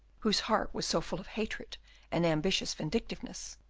whose heart was so full of hatred and ambitious vindictiveness,